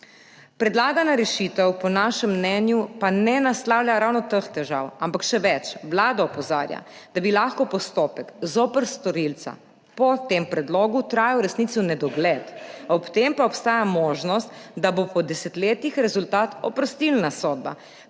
Predlagana rešitev po našem mnenju pa ne naslavlja ravno teh težav, ampak še več. Vlada opozarja, da bi lahko postopek zoper storilca po tem predlogu trajal v resnici v nedogled, ob tem pa obstaja možnost, da bo po desetletjih rezultat oprostilna sodba,